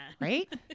Right